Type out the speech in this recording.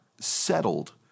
settled